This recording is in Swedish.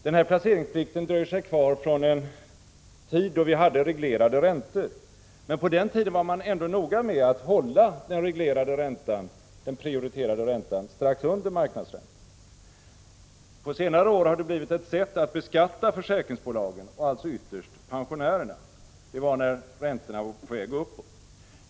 Denna placeringsplikt dröjer sig kvar från en tid då vi hade reglerade räntor. På den tiden var man ändå noga med att hålla den prioriterade räntan strax under marknadsräntan. På senare år har det blivit ett sätt att beskatta försäkringsbolagen och alltså ytterst pensionärerna. Det var när räntorna var på väg uppåt.